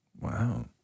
Wow